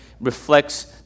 reflects